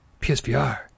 PSVR